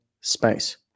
space